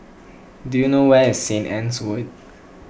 do you know where is Saint Anne's Wood